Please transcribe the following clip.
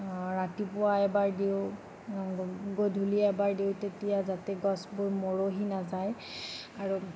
ৰাতিপুৱা এবাৰ দিওঁ গধূলি এবাৰ দিওঁ তেতিয়া যাতে গছবোৰ মৰহি নাযায় আৰু